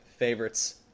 Favorites